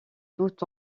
tout